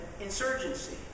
insurgency